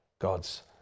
God's